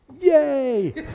Yay